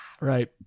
right